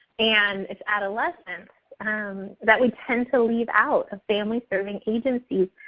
and it's adolescents and um that we tend to leave out of family serving agencies.